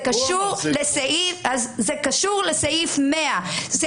זה קשור לסעיף 100(1)